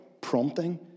prompting